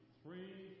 three